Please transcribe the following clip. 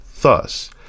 Thus